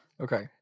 Okay